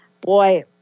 Boy